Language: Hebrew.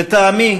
לטעמי,